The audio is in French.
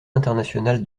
internationale